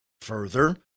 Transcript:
Further